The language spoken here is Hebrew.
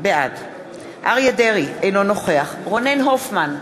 בעד אריה דרעי, אינו נוכח רונן הופמן,